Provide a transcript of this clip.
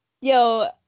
Yo